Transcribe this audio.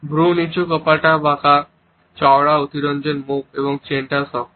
ভ্রু নিচু কপালটাও বাঁকা চওড়া অতিরঞ্জিত মুখ আর চেনটাও শক্ত